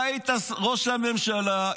אתה היית ראש הממשלה,